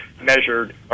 measured